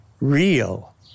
real